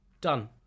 done